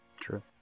True